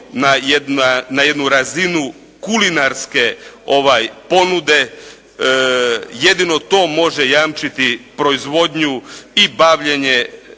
na jednu razinu kulinarske ponude, jedino to može jamčiti proizvodnju i bavljenje